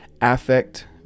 Affect